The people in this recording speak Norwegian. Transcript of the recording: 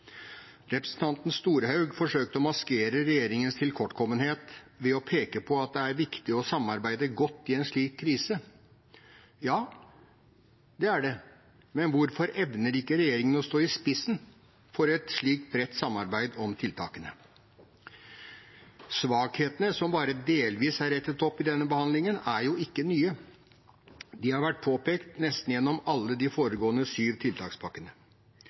Representanten Storehaug forsøkte å maskere regjeringens tilkortkommenhet ved å peke på at det er viktig å samarbeide godt i en slik krise. Ja, det er det. Men hvorfor evner ikke regjeringen å stå i spissen for et slikt bredt samarbeid om tiltakene? Svakhetene, som bare delvis er rettet opp i denne behandlingen, er jo ikke nye. De har vært påpekt nesten gjennom alle de foregående sju tiltakspakkene.